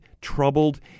troubled